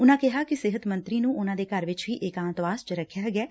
ਉਨਾਂ ਕਿਹਾ ਕਿ ਸਿਹਤ ਮੰਤਰੀ ਨੁੰ ਉਨਾਂ ਦੇ ਘਰ ਵਿਚ ਹੀ ਏਕਾਂਤਵਾਸ ਚ ਰੱਖਿਆ ਗੈੈ